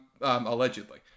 Allegedly